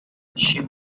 she